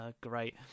Great